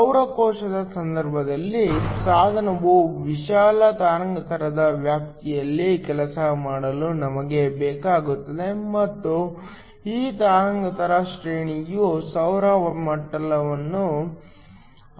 ಸೌರ ಕೋಶದ ಸಂದರ್ಭದಲ್ಲಿ ಸಾಧನವು ವಿಶಾಲ ತರಂಗಾಂತರದ ವ್ಯಾಪ್ತಿಯಲ್ಲಿ ಕೆಲಸ ಮಾಡಲು ನಮಗೆ ಬೇಕಾಗುತ್ತದೆ ಮತ್ತು ಈ ತರಂಗಾಂತರ ಶ್ರೇಣಿಯು ಸೌರ ವರ್ಣಪಟಲವನ್ನು ಅವಲಂಬಿಸಿರುತ್ತದೆ